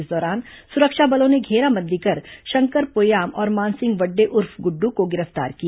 इस दौरान सुरक्षा बलों ने घेराबंदी कर शंकर पोयाम और मानसिंह वड्डे उर्फ गुड्ड् को गिरफ्तार किया